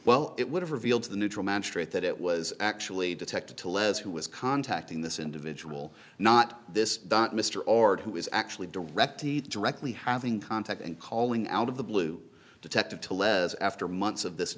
well it would have revealed to the neutral magistrate that it was actually detected to len's who was contacting this individual not this mr orde who was actually directed directly having contact and calling out of the blue detective to lead after months of this